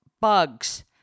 bugs